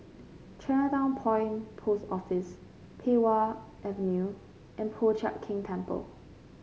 Chinatown Point Post Office Pei Wah Avenue and Po Chiak Keng Temple